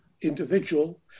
individual